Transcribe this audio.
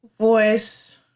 voice